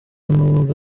n’ubwo